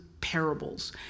parables